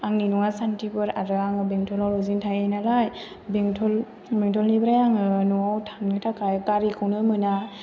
आंनि न'आ सान्थिफुर आरो आङो बेंथलाव लजिं थायो नालाय बेंथलनिफ्राय आङो न'आव थांनो थाखाय गारिखौनो मोना